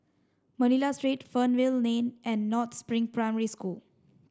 Manila Street Fernvale Lane and North Spring Primary School